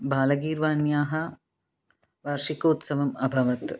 बालगीर्वाण्याः वार्षिकोत्सवम् अभवत्